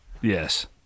Yes